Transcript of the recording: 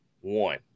one